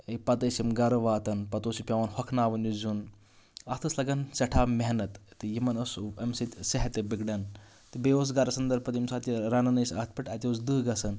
پَتہٕ ٲسۍ یِم گَرٕ واتان پَتہٕ اوس یہِ پٮ۪وان ہۄکھناوُن یہِ زیُن اَتھ ٲس لَگان سٮ۪ٹھاہ محنت تہٕ یِمَن اوس اَمہِ سۭتۍ صحت تہِ بِگڑان تہٕ بیٚیہِ اوس گَرَس انٛدَر پَتہٕ ییٚمہِ ساتہٕ یہِ رَنان ٲسۍ اَتھ پٮ۪ٹھ اَتہِ اوس دٔہ گژھان